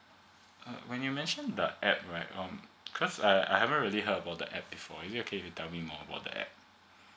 uh when you mention the app right um because I i haven't really hear about the app before is it okay you tell me more about the app